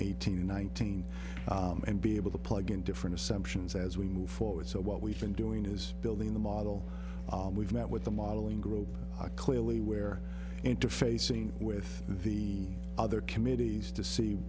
eighteen nineteen and be able to plug in different assumptions as we move forward so what we've been doing is building the model and we've met with the modeling group clearly where interfacing with the other committees to see